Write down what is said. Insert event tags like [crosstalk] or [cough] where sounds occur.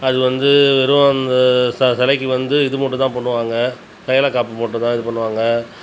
அது வந்து வெறும் அந்த ச சிலைக்கு வந்து இது மட்டும் தான் பண்ணுவாங்க [unintelligible] காப்பு போட்டு தான் இது பண்ணுவாங்க